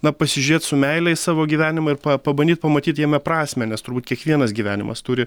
na pasižiūrėt su meile savo gyvenimą ir pa pabandyt pamatyt jame prasmę nes turbūt kiekvienas gyvenimas turi